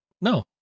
No